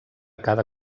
cada